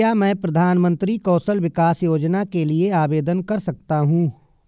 क्या मैं प्रधानमंत्री कौशल विकास योजना के लिए आवेदन कर सकता हूँ?